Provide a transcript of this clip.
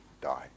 die